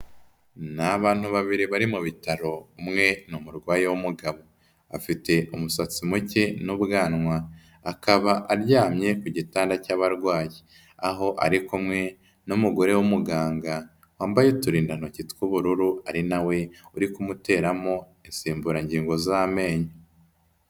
Ni abantu babiri bari mu bitaro umwe ni umurwayi w'umugabo, afite umusatsi muke n'ubwanwa. Akaba aryamye ku gitanda cy'abarwayi, aho ari kumwe n'umugore w'umuganga wambaye uturindantoki tw'ubururu ari na we urikumuteramo insimburangingo z'amenyo.